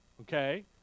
okay